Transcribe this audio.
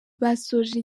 basoje